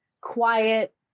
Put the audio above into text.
quiet